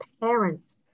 parents